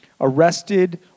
arrested